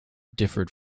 differed